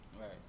right